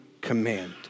command